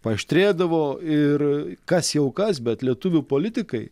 paaštrėdavo ir kas jau kas bet lietuvių politikai